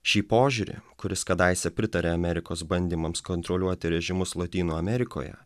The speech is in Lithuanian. šį požiūrį kuris kadaise pritarė amerikos bandymams kontroliuoti režimus lotynų amerikoje